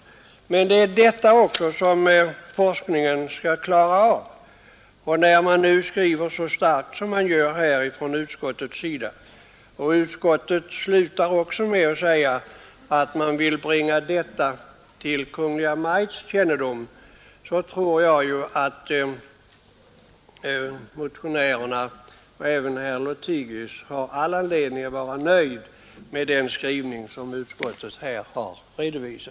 Detta är vad forskningen skall klara av. Utskottet slutar med att hemställa att riksdagen som sin mening ger Kungl. Maj:t till känna vad utskottet anfört, och då tror jag att motionärerna och även herr Lothigius har all anledning att vara nöjda med utskottets skrivning.